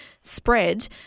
spread